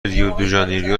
ریودوژانیرو